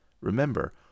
Remember